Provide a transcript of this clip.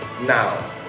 now